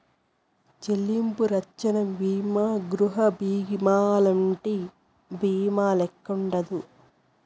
చెల్లింపు రచ్చన బీమా గృహబీమాలంటి బీమాల్లెక్కుండదు